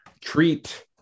treat